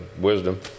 wisdom